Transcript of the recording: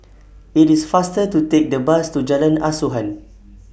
IT IS faster to Take The Bus to Jalan Asuhan